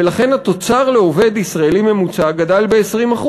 ולכן התוצר לעובד ישראלי ממוצע גדל ב-20%.